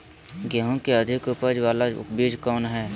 गेंहू की अधिक उपज बाला बीज कौन हैं?